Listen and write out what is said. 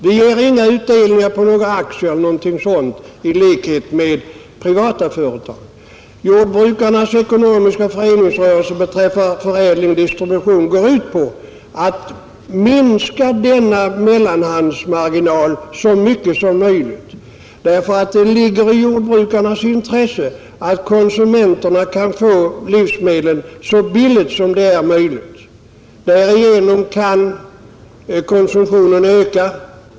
Vi ger inte utdelning på aktier, eller någonting sådant, som privata företag gör. Jordbrukarnas ekonomiska föreningsrörelse beträffande förädling och distribution går ut på att minska mellanhandsmarginalen så mycket som möjligt. Det ligger nämligen i jordbrukarnas intresse att konsumenterna kan få livsmedlen så billigt som möjligt, ty därigenom kan konsumtionen öka.